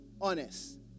honest